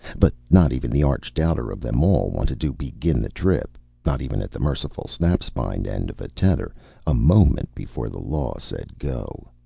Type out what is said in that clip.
but not even the arch-doubter of them all wanted to begin the trip not even at the merciful snap-spine end of a tether a moment before the law said, go.